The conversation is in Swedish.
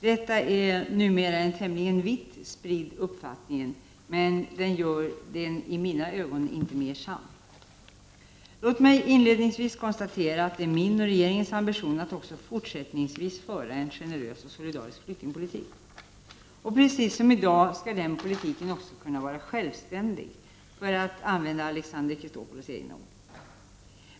Detta är numera en tämligen vitt spridd uppfattning, men det gör den i mina ögon inte mer sann. Låt mig inledningsvis konstatera att det är min och regeringens ambition att också fortsättningsvis föra en generös och solidarisk flyktingpolitik. Precis som i dag skall den politiken också kunna vara självständig — för att använda Alexander Chrisopoulos egna ord.